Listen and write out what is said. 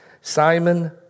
Simon